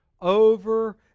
over